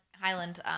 Highland